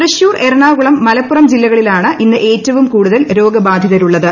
തൃശൂർ എറണാകുളം മലപ്പുറം ജില്ലകളിലാണ് ഇന്ന് ഏറ്റവും കൂടുതൽ രോഗബാധിതരുള്ളത്